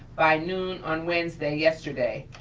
by noon on wednesday, yesterday.